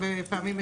הרבה פעמים,